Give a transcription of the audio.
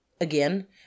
Again